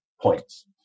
points